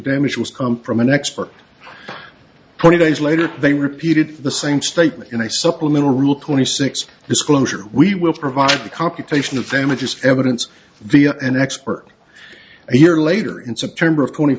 damage was come from an expert twenty days later they repeated the same statement in a supplemental rule twenty six disclosure we will provide the computation of images evidence via an expert a year later in september of kone